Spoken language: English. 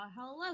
hello